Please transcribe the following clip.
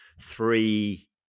three